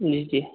जी जी